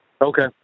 Okay